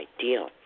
ideal